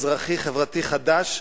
אזרחי וחברתי חדש,